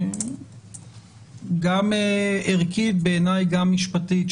גם ערכית וגם משפטית,